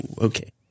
okay